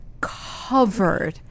covered